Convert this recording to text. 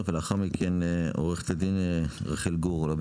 לכן במצב הקיים היום למשרד הבריאות יש שני גורמים